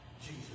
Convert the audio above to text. Jesus